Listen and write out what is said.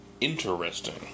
Interesting